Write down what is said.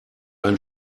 ein